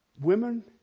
Women